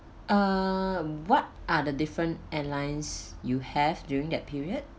uh what are the different airlines you have during that period